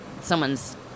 someone's